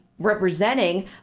representing